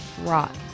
rock